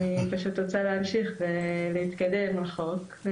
אני רוצה להמשיך ולהתקדם רחוק.